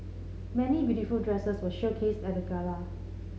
many beautiful dresses were showcased at the gala